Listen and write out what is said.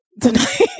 tonight